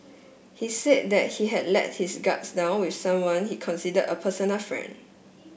he said that he had let his guards down with someone he considered a personal friend